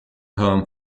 hulme